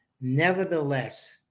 nevertheless